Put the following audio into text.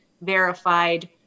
verified